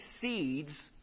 seeds